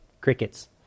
crickets